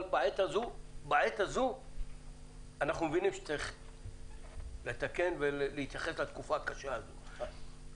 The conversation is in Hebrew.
אבל בעת הזו אנחנו מבינים שצריך לתקן ולהתייחס לתקופה הקשה הזאת.